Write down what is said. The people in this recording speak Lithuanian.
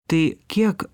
tai kiek